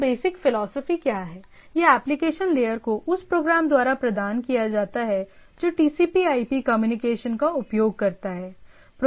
तो basic philosophy क्या है यह एप्लीकेशन लेयर को उस प्रोग्राम द्वारा प्रदान किया जाता है जो टीसीपीआईपी TCPIP कम्युनिकेशन का उपयोग करता है